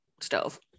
stove